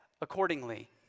accordingly